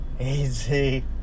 Easy